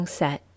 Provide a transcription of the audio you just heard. set